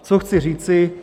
Co chci říci.